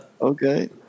okay